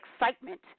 excitement